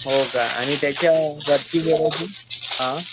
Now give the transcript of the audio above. हो का आणि त्याच्या वरची व्हरायटी